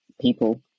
people